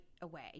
away